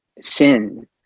sin